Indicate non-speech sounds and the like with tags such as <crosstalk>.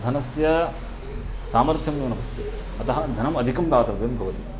धनस्य सामर्थ्यमेव नाम <unintelligible> अतः धनम् अधिकं दातव्यं भवति